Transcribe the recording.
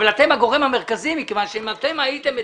אתם הגורם המרכזי מכיוון שאם אתם הייתם מטפלים,